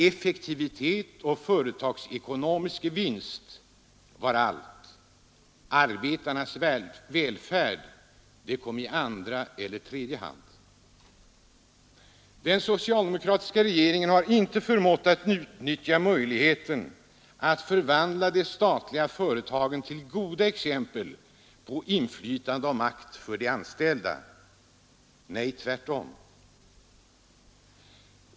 Effektivitet och företagsekonomisk vinst var allt — arbetarnas välfärd kom i andra eller tredje hand. Den socialdemokratiska regeringen har inte förmått att utnyttja möjligheten att förvandla de statliga företagen till goda exempel på inflytande och makt för de anställda. Tvärtom.